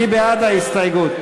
מי בעד ההסתייגות?